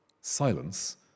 Silence